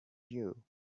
you